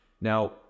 Now